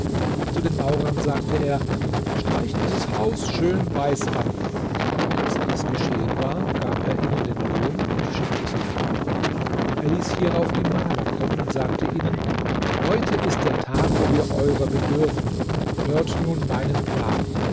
zu den maurern sagte er streicht dieses haus schön weiß an als dies geschehen war gab er ihnen den lohn und schickte sie fort er ließ hierauf die maler kommen und sagte ihnen heute ist der tag wo wir eurer bedürfen hört nun meinen plan